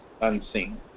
unseen